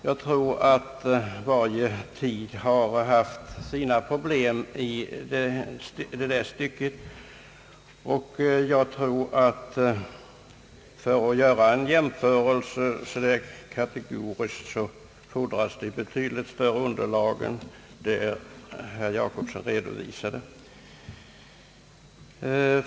Jag tror att varje tid har haft sina problem i detta stycke, och för att kunna göra en så kategorisk jämförelse fordras nog ett större underlag än det som herr Jacobsson redovisade.